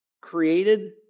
created